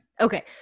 okay